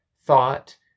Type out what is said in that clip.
thought